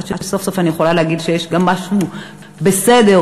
עד שסוף-סוף אני יכולה להגיד שיש משהו שהוא בסדר,